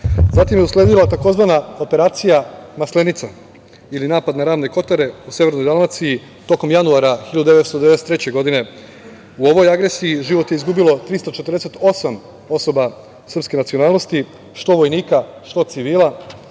je usledila tzv. operacija „Maslenica“ ili napad na Ravne Kotare u severnoj Dalmaciji tokom januara 1993. godine. U ovoj agresiji život je izgubilo 348 osoba srpske nacionalnosti što vojnika, što civila,